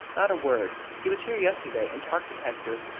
not a word. he was here yesterday, and talked of hector,